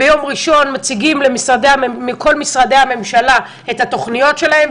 ביום ראשון מציגים מכל משרדי הממשלה את התוכניות שלהם,